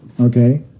okay